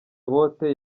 bote